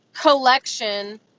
collection